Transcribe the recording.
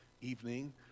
evening